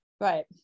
right